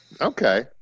okay